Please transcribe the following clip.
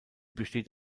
besteht